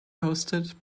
hosted